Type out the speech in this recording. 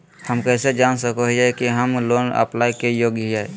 हम कइसे जान सको हियै कि हम लोन अप्लाई के योग्य हियै?